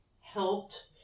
helped